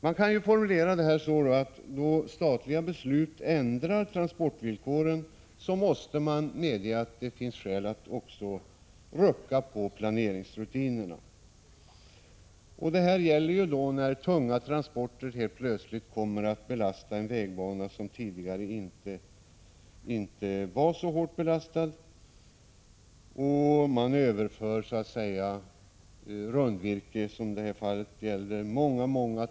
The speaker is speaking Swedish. Man kan formulera det så, att då statliga beslut ändrar transportvillkoren, måste man medge att det finns skäl att rucka på planeringsrutinerna. Detta gäller bl.a. då tunga transporter kommer att belasta en vägbana som tidigare inte var så hårt belastad. I detta fall gällde det rundvirke som överfördes från flottled till järnväg.